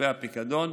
והניהול שלהם,